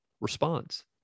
response